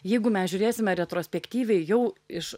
jeigu mes žiūrėsime retrospektyviai jau iš